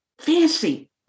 fancy